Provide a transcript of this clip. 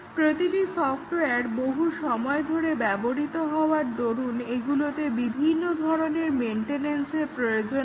প্রতিটি সফটওয়ার বহু সময় ধরে ব্যবহৃত হওয়ার দরুন এগুলিতে বিভিন্ন ধরণের মেন্টেনেন্সের প্রয়োজন হয়